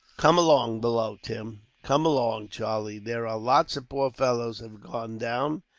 come along below, tim. come along, charlie. there are lots of poor fellows have gone down,